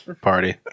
party